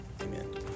Amen